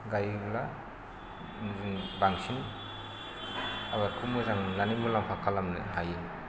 गायोब्ला जों बांसिन आबादखौ मोजां मोननानै मुलाम्फा खालामनो हायो